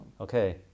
Okay